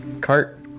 cart